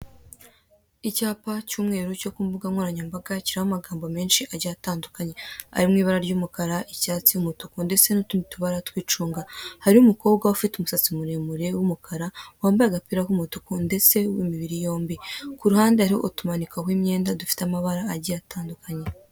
Icyapa cy'umweru cyo ku mbuga nkoranyambaga kiriho amagambo menshi agiye atandukanye, ari mu ibara ry'umukara, icyatsi, umutuku ndetse n'utundi tubara tw'icunga, hari umukobwa ufite umusatsi muremure w'umukara wambaye agapira k'umutuku ndetse w'imibiri yombi, ku ruhande hariho utumanikwaho imyenda dufite amabara atandukanye.